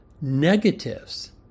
negatives